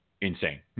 insane